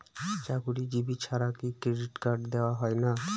চাকুরীজীবি ছাড়া কি ক্রেডিট কার্ড দেওয়া হয় না?